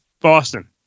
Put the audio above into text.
Boston